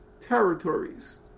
territories